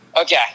Okay